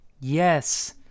Yes